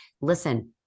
Listen